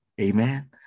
Amen